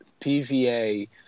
PVA